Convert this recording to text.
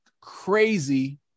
crazy